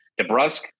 DeBrusque